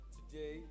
Today